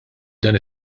dan